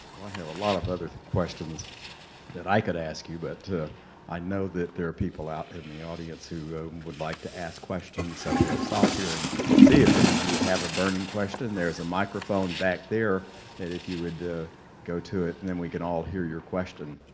i have a lot of other questions that i could ask you. but i know that there are people out in the audience who would like to ask questions. so we'll stop here and see if any of you have a burning question. there's a microphone back there that if you would go to it, and then we can all hear your question.